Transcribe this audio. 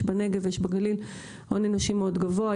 יש בנגב ובגליל הון אנושי מאוד גבוה,